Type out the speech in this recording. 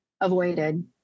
avoided